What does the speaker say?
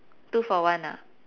two for one ah